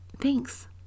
Thanks